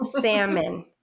Salmon